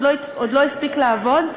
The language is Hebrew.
עוד לא הספיק לעבוד.